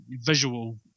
visual